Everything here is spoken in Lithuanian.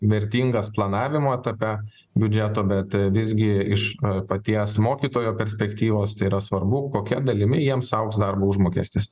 mirtingas planavimo etape biudžeto bet visgi iš paties mokytojo perspektyvos tai yra svarbu kokia dalimi jiems augs darbo užmokestis